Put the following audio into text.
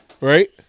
right